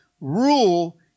rule